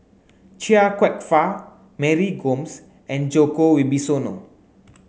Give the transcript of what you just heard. Chia Kwek Fah Mary Gomes and Djoko Wibisono